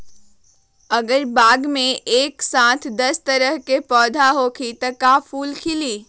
अगर बाग मे एक साथ दस तरह के पौधा होखि त का फुल खिली?